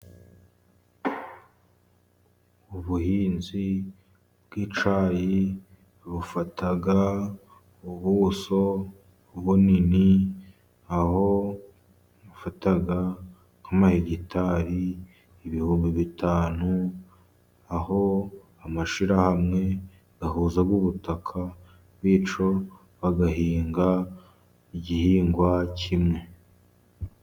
Ubuhinzi bw'icyayi bufata ubuso bunini, aho bafata nk'amahegitari ibihumbi bitanu, aho amashyirahamwe ahuza ubutaka, bityo bagahinga igihingwa kimwe.